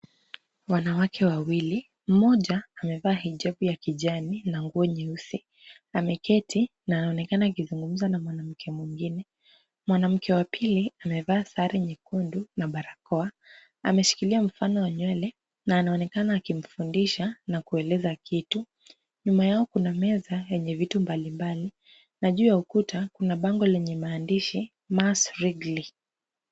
Wanawake wawili, mmoja amevaa hijab ya kijani na nguo nyeusi. Ameketi na anaonekana akizungumza na mwanamke mwingine. Mwanamke wa pili amevaa sare nyekundu na barakoa. Ameshikilia mfano wa nywele na anaonekana akimfundisha na kueleza kitu. Nyuma yao kuna meza yenye vitu mbalimbali na juu ya ukuta kuna bango lenye maandishi mars wrigley .